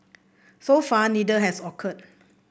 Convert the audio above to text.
so far neither has occurred